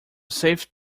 save